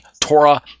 Torah